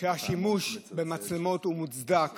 שהשימוש במצלמות מוצדק